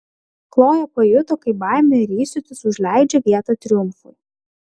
kloja pajuto kaip baimė ir įsiūtis užleidžia vietą triumfui